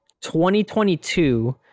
2022